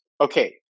okay